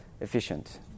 efficient